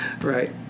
Right